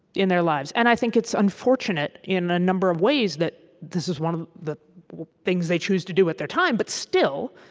in their lives. and i think it's unfortunate in a number of ways that this is one of the things they choose to do with their time. but still,